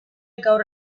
gaur